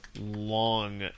long